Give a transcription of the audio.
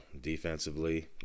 Defensively